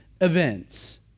events